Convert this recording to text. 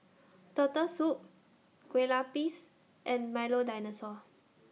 Turtle Soup Kueh Lapis and Milo Dinosaur